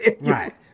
right